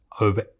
over